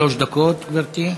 שלוש דקות לרשותך, גברתי.